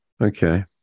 Okay